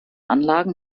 anlagen